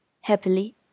Happily